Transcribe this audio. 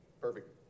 perfect